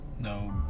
No